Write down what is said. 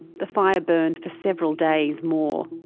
the fire burned for several days more.